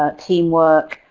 ah teamwork.